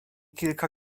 kilka